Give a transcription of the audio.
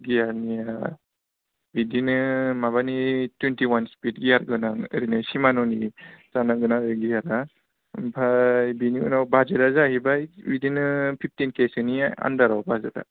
गियारनिया बिदिनो माबानि twenty one speed gear गोनां ओरैनो सिमान'नि जानांगोन आरो गियारा ओमफ्राय बेनि उनाव बाजेटआ जाहैबाय बिदिनो फिफटिन केसोनि आन्डाराव बाजेटआ